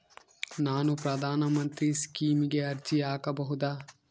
ನಾನು ಪ್ರಧಾನ ಮಂತ್ರಿ ಸ್ಕೇಮಿಗೆ ಅರ್ಜಿ ಹಾಕಬಹುದಾ?